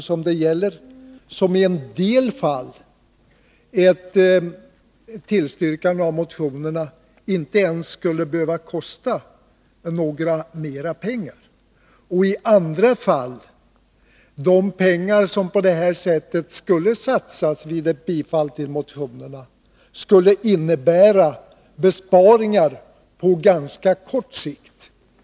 I en del fall skulle ett bifall till motionerna inte ens behöva kosta mer pengar, och i andra fall skulle de pengar som skulle satsas vid ett bifall till motionerna innebära besparingar på ganska kort sikt.